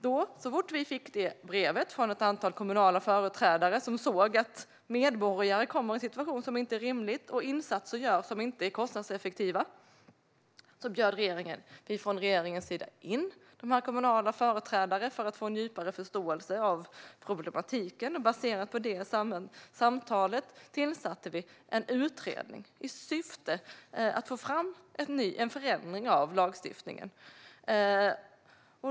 Så fort vi fick brevet från ett antal kommunala företrädare, som såg att medborgare kom i en situation som inte är rimlig och där insatser görs som inte är kostnadseffektiva, bjöd regeringen in kommunala företrädare för att få en djupare förståelse av problematiken. Baserat på detta samtal tillsatte vi en utredning i syfte att få fram en förändring av lagstiftningen.